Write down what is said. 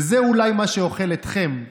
וזה אולי מה שאוכל אתכם,